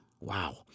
Wow